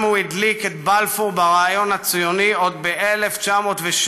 הדליק את בלפור ברעיון הציוני עוד ב-1906,